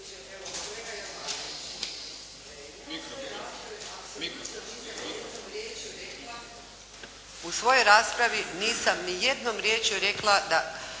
u svojoj raspravi nisam ni jednom riječju rekla da